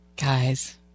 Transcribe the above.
Guys